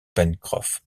pencroff